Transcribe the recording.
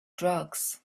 drugs